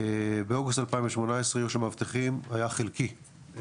באוגוסט 2018 היו שם מאבטחים, היה חלקי,